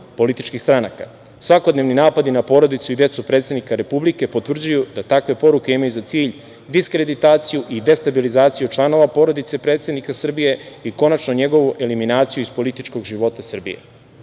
političkih stranaka. Svakodnevni napadi na porodicu i decu predsednika republike potvrđuju da takve poruke imaju za cilj diskreditaciju i destabilizaciju članova porodice predsednika Srbije i konačno njegovu eliminaciju iz političkog života Srbije.